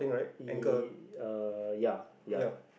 it uh ya ya